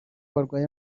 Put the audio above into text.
barwaye